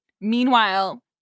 Meanwhile